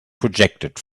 projected